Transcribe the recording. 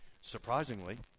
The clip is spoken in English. Surprisingly